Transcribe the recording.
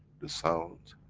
the sound,